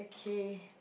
okay